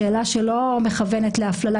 שאלה שלא מכוונת להפללה,